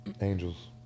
Angels